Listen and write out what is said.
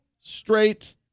straight